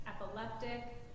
epileptic